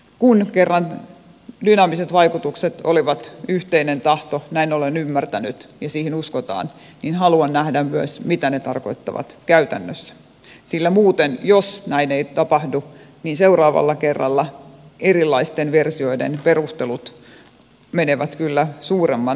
kun kerran dynaamiset vaikutukset olivat yhteinen tahto näin olen ymmärtänyt ja siihen uskotaan niin haluan nähdä myös mitä ne tarkoittavat käytännössä sillä muuten jos näin ei tapahdu seuraavalla kerralla erilaisten versioiden perustelut menevät kyllä suuremman tarkastelun läpi